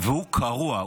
הוא קרוע.